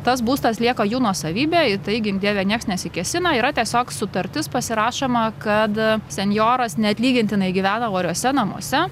tas būstas lieka jų nuosavybė tai gink dieve nieks nesikėsina yra tiesiog sutartis pasirašoma kad senjoras neatlygintinai gyvena oriuose namuose